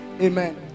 Amen